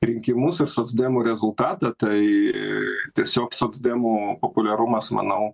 rinkimus ir socdemų rezultatą tai tiesiog socdemų populiarumas manau